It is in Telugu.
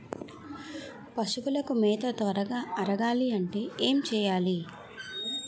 పశువులకు మేత త్వరగా అరగాలి అంటే ఏంటి చేయాలి?